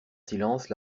silence